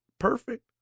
Perfect